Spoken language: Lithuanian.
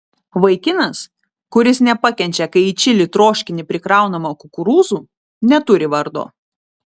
vaikinas kuris nepakenčia kai į čili troškinį prikraunama kukurūzų neturi vardo